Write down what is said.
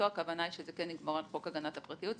רק אמור לגבור על חוק הגנת הפרטיות,